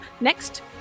next